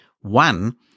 One